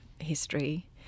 history